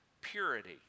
purity